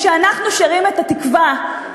כשאנחנו שרים את "התקווה",